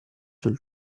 sul